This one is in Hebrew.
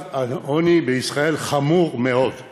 אולי תדבר על זה שהרוצח, חבר הכנסת